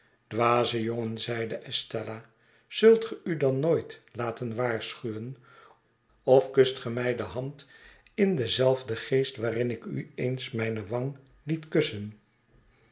dwaze jongen zeide estella zult geu dan nooit laten waarschuwen of kust ge mij de hand in denzelfden geest waarin ik u eens mijne wang liet kussen